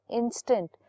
instant